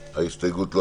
ההסתייגות?